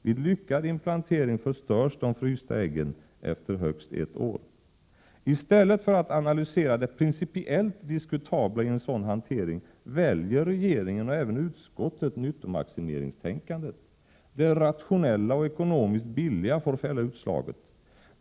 Vid lyckad implantering förstörs de frysta äggen efter högst ett år. I stället för att analysera det principiellt diskutabla i en sådan hantering väljer regeringen och även utskottet nyttomaximeringstänkandet. Det rationella och ekonomiskt billiga får fälla utslaget.